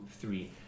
three